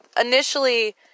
initially